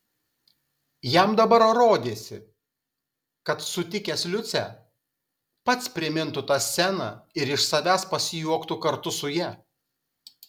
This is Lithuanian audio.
jam dabar rodėsi kad sutikęs liucę pats primintų tą sceną ir iš savęs pasijuoktų kartu su ja